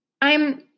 I'm